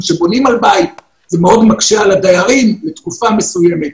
זה מאוד מקשה על הדיירים לתקופה מסוימת,